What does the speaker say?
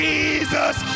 Jesus